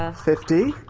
ah fifty,